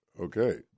Okay